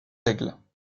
aigles